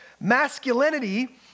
Masculinity